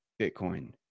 bitcoin